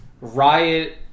Riot